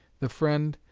the friend,